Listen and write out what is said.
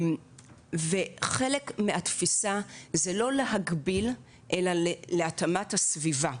חלק מהתפיסה זה לא להגביל אלא להתאים את הסביבה.